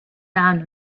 down